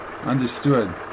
Understood